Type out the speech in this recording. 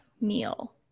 meal